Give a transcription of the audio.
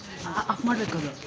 of ಮಾಡಬೇಕದು